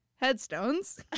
headstones